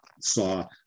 saw